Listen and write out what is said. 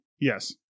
Yes